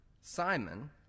Simon